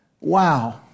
Wow